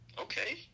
okay